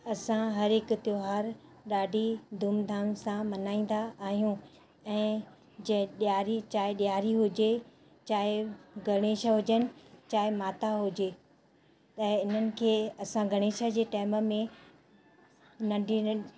असां हर हिकु त्योहारु ॾाढी धूम धाम सां मल्हाईंदा आहियूं ऐं जे ॾियारी चाहे ॾियारी हुजे चाहे गणेश हुजनि चाहे माता हुजे ऐं हिननि खे असां गणेश जे टाइम में नंढी नं